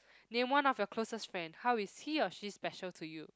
name one of your closest friend how is he or she special to you